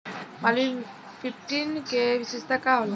Malviya fifteen के विशेषता का होला?